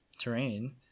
terrain